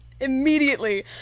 immediately